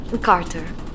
Carter